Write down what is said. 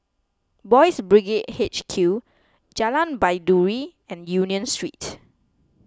Boys' Brigade H Q Jalan Baiduri and Union Street